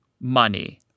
money